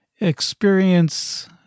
experience